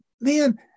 Man